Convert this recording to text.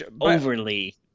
overly